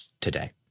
today